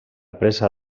presa